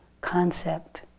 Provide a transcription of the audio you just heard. concept